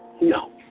No